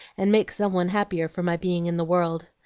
and make some one happier for my being in the world.